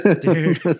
Dude